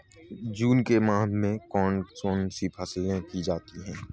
जून के माह में कौन कौन सी फसलें की जाती हैं?